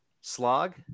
slog